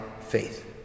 faith